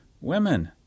Women